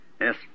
Yes